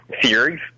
series